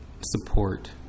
support